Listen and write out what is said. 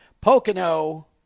Pocono